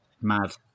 Mad